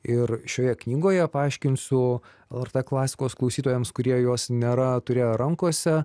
ir šioje knygoje paaiškinsiu lrt klasikos klausytojams kurie jos nėra turėję rankose